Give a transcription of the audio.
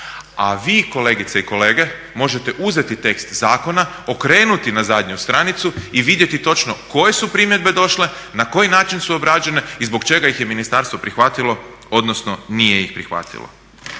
A vi kolegice i kolege možete uzeti tekst zakona, okrenuti na zadnju stranicu i vidjeti točno koje su primjedbe došle, na koji način su obrađene i zbog čega ih je ministarstvo prihvatilo, odnosno nije ih prihvatilo.